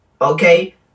okay